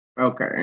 Okay